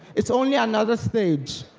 it's only another stage.